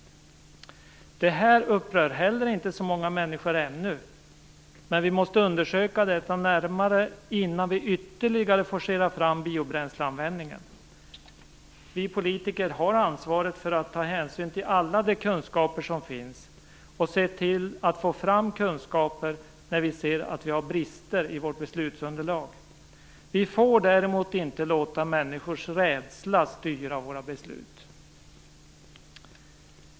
Det här upprör inte heller så många människor ännu, men vi måste undersöka detta närmare innan vi ytterligare forcerar fram biobränsleanvändningen. Vi politiker har ansvaret för att ta hänsyn till alla de kunskaper som finns och se till att få fram kunskaper när vi ser att vi har brister i vårt beslutsunderlag. Vi får däremot inte låta människors rädsla styra våra beslut.